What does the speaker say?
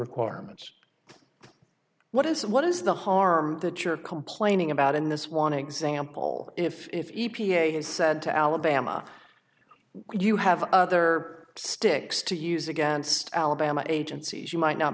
requirements what is what is the harm that you're complaining about in this one example if e p a is said to alabama do you have other sticks to use against alabama agencies you might not